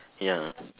ya